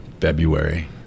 February